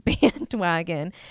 bandwagon